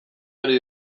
ari